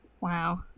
Wow